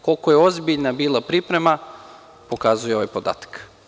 Koliko je ozbiljna bila priprema, pokazuje ovaj podatak.